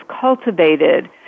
cultivated